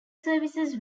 services